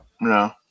no